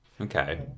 Okay